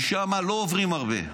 משם לא עוברים הרבה.